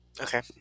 Okay